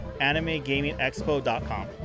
AnimeGamingExpo.com